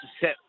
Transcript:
set